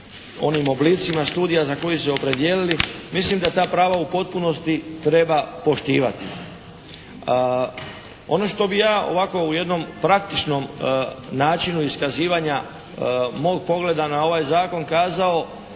onim oblicima studijima za koje su se opredijelili. Mislim da ta prava u potpunosti treba poštivati. Ono što bih ja ovako u jednom praktičnom načinu iskazivanja pogleda na ovaj zakon kazao,